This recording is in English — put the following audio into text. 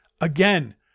again